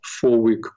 four-week